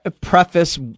preface